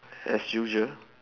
as usual